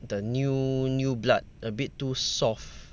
the new new blood abit too soft